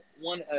one